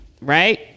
right